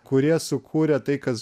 kurie sukūrė tai kas